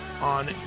on